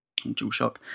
DualShock